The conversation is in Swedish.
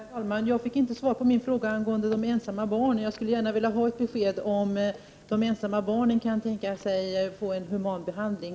Herr talman! Jag fick inget svar på min fråga angående de ensamma barnen. Jag skulle vilja ha svar på frågan om ensamma barnen kan tänkas få en human behandling.